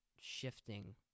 shifting